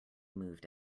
moved